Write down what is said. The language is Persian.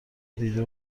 دیده